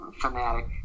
fanatic